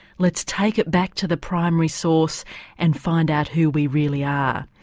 let's take it back to the primary source and find out who we really are.